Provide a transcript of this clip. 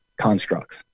constructs